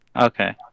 okay